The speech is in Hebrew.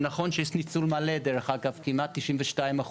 זה נכון שיש ניצול מלא דרך אגב כמעט של 92%